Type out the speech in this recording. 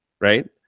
right